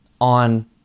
on